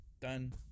done